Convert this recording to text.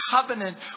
covenant